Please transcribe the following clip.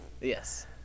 Yes